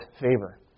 favor